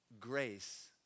Grace